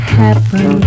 happen